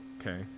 okay